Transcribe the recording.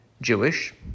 Jewish